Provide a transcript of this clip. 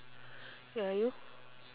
ya you